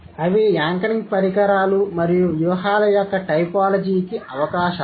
అవి యాంకరింగ్ పరికరాలు మరియు వ్యూహాల యొక్క టైపోలాజీకి అవకాశాలు